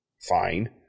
Fine